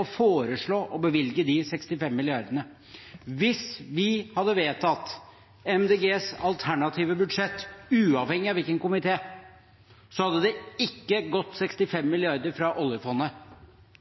å foreslå å bevilge de 65 milliardene. Hvis vi hadde vedtatt Miljøpartiet De Grønnes alternative budsjett, uavhengig av hvilken komité, hadde det ikke gått 65 mrd. kr fra oljefondet